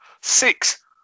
six